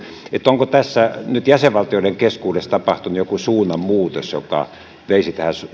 onko tässä nyt jäsenvaltioiden keskuudessa tapahtunut joku suunnanmuutos joka veisi tähän